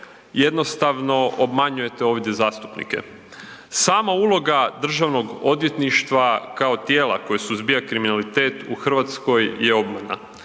jednostavno obmanjujete ovdje zastupnike. Sama uloga DORH-a kao tijelo koje suzbija kriminalitet u Hrvatskoj je obmana.